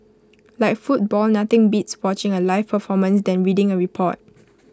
like football nothing beats watching A live performance than reading A report